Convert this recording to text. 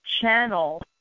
channel